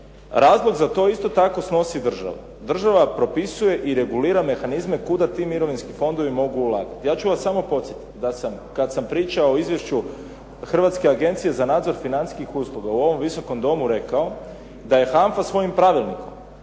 razlog za to isto tako snosi država. Država propisuje i regulira mehanizme kuda ti mirovinski fondovi mogu ulagati. Ja ću vas samo podsjetiti da sam kad sam pričao o Izvješću Hrvatske agencije za nadzor financijskih usluga u ovom Visokom domu rekao da je HANFA svojim pravilnikom